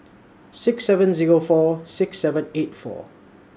six seven Zero four six seven eight four